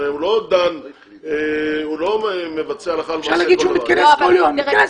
הרי הוא לא מבצע הלכה למעשה פעם בחודשיים.